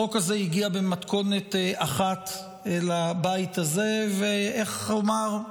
החוק הזה הגיע במתכונת אחת לבית הזה, ואיך אומר?